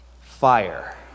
Fire